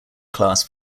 class